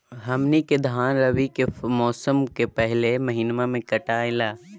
हमनी के धान रवि के मौसम के पहले महिनवा में कटाई ला